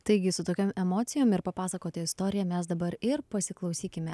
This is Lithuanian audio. taigi su tokiom emocijom ir papasakota istorija mes dabar ir pasiklausykime